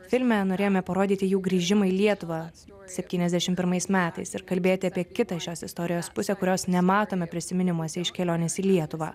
filme norėjome parodyti jų grįžimą į lietuvą septyniasdešim pirmais metais ir kalbėti apie kitą šios istorijos pusę kurios nematome prisiminimuose iš kelionės į lietuvą